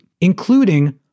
including